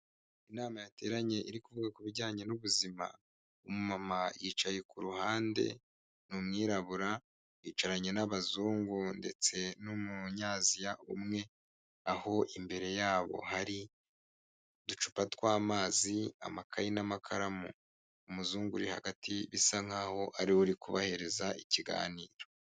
Inama yateranye iri kuvuga ku bijyanye n'ubuzima. Umumama yicaye ku ruhande, ni umwirabura, yicaranye n'abazungu ndetse n'umunyaziya umwe, aho imbere yabo hari uducupa tw'amazi, amakayi n'amakaramu. Umuzungu uri hagati, bisa nk'aho ari we uri kubahereza ikiganiro.